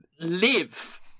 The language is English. live